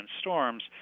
storms